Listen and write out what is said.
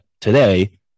today